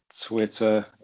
twitter